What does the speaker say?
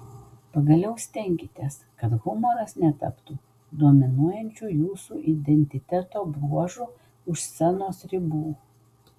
pagaliau stenkitės kad humoras netaptų dominuojančių jūsų identiteto bruožu už scenos ribų